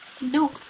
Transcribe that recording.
No